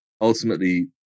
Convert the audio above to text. ultimately